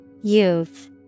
Youth